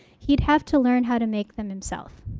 he'd have to learn how to make them himself.